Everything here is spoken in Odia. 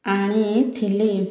ଆଣିଥିଲି